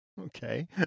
Okay